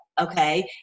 okay